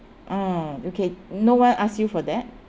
oh okay no one ask you for that